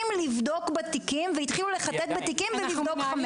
לבדוק בתיקים והתחילו לחטט בתיקים ולבדוק חמץ.